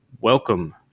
welcome